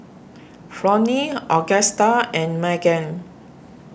Flonnie Augusta and Maegan